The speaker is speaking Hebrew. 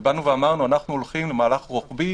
ובאנו ואמרנו שאנחנו הולכים למהלך רוחבי,